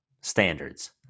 standards